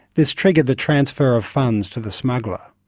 this triggered the transfer of funds to the smuggler.